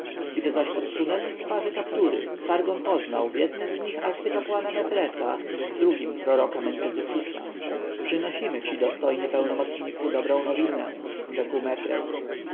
gdy zaś odsunęli z twarzy kaptury sargon poznał w jednym arcykapłana mefresa w drugim proroka mentezufisa przynosimy ci dostojny pełnomocniku dobrą nowinę rzekł mefres